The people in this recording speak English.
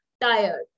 tired